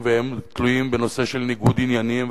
כשרים, והם תלויים בנושא של ניגוד עניינים.